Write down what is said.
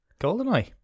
GoldenEye